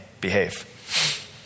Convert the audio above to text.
behave